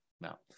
now